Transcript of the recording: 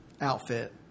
outfit